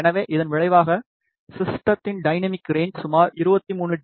எனவே இதன் விளைவாக ஸிஸ்டத்தின் டைனமிக் ரேன்ச் சுமார் 23 டி